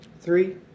Three